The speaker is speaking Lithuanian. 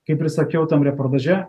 kaip ir sakiau tam reportaže